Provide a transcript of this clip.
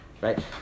Right